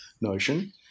notion